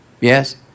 Yes